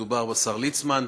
מדובר בשר ליצמן,